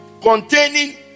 containing